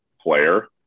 player